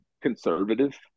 conservative